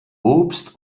obst